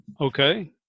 Okay